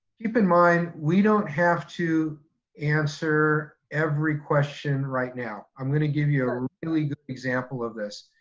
keep in mind, we don't have to answer every question right now. i'm gonna give you a really good example of this.